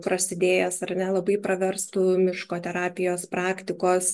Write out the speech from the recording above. prasidėjęs ar ne labai praverstų miško terapijos praktikos